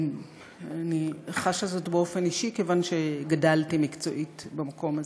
ואני חשה זאת באופן אישי כיוון שגדלתי מקצועית במקום הזה.